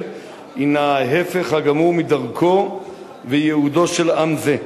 הינה ההיפך הגמור מדרכו וייעודו של עם זה.